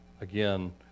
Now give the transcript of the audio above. again